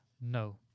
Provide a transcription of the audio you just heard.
No